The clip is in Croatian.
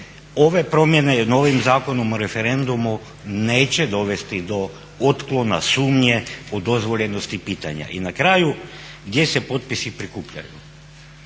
ove promjene novim Zakonom o referendumu neće dovesti do otklona sumnje u dozvoljenost pitanja. I na kraju gdje se potpisi prikupljaju?